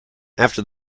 after